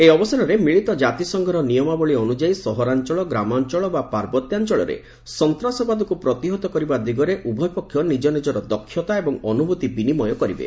ଏହି ଅବସରରେ ମିଳିତ ଜାତିସଂଘର ନିୟମାବଳୀ ଅନୁଯାୟୀ ସହରାଞ୍ଚଳ ଗ୍ରାମାଞ୍ଚଳ ବା ପାର୍ବତ୍ୟାଞ୍ଚଳରେ ସନ୍ତାସବାଦକୁ ପ୍ରତିହତ କରିବା ଦିଗରେ ଉଭୟପକ୍ଷ ନିଜ ନିଜର ଦକ୍ଷତା ଏବଂ ଅନୁଭୂତି ବିନିମୟ କରିବେ